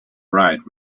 bright